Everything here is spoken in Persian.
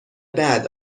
بعد